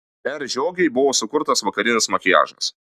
r žiogei buvo sukurtas vakarinis makiažas